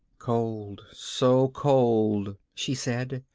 cold, so cold, she said,